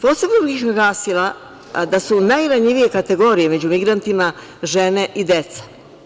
Posebno bih naglasila da su najranjivije kategorije među migrantima žene i deca.